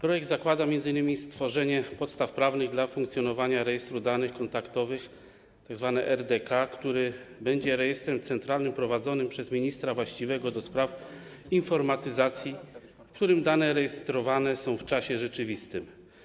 Projekt zakłada m.in. stworzenie podstaw prawnych dla funkcjonowania rejestru danych kontaktowych, tzw. RDK, który będzie rejestrem centralnym prowadzonym przez ministra właściwego do spraw informatyzacji, w którym dane rejestrowane są w czasie rzeczywistym.